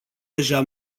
deja